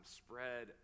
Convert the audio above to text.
spread